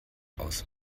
aus